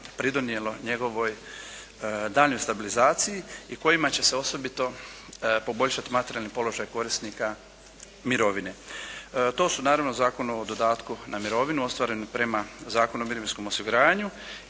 pridonijelo njegovoj daljnjoj stabilizaciji i kojima će se osobito poboljšati materijalni položaj korisnika mirovine. To su naravno Zakon o dodatku na mirovinu ostvarenu prema Zakonu o mirovinskom osiguranju